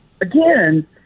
again